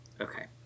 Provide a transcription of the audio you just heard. okay